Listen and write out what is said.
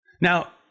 Now